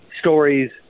stories